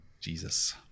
Jesus